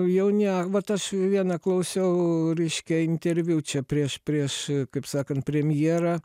jau ne vat aš vieną klausiau reiškia interviu čia prieš prieš kaip sakant premjerą